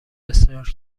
بسیار